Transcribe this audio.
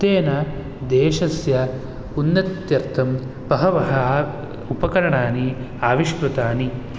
तेन देशस्य उन्नत्यर्थं बहूनि उपकरणानि आविष्कृतानि